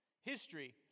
history